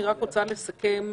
אני רק רוצה לסכם,